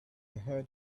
heard